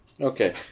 Okay